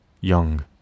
young